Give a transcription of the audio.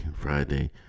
Friday